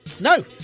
No